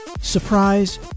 Surprise